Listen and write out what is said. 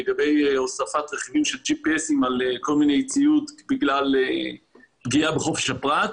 להוספת רכיבים של GPS על כל מיני ציוד בגלל פגיעה בחופש הפרט,